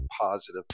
positive